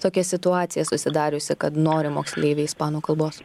tokia situacija susidariusi kad nori moksleiviai ispanų kalbos